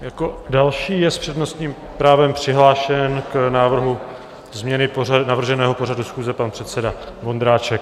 Jako další je s přednostním právem přihlášen k návrhu změny navrženého pořadu schůze pan předseda Vondráček.